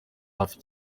hafi